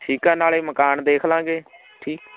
ਠੀਕ ਆ ਨਾਲੇ ਮਕਾਨ ਦੇਖ ਲਾਂਗੇ ਠੀਕ